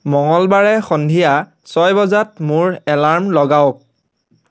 মঙ্গলবাৰে সন্ধিয়া ছয় বজাত মোৰ এলাৰ্ম লগাওক